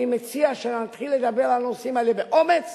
אני מציע שנתחיל לדבר על הנושאים האלה באומץ,